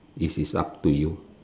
this is up to you